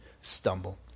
stumble